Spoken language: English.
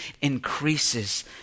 increases